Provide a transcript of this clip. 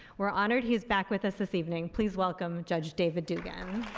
we're honored he's back with us this evening. please welcome judge david dugan.